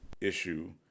issue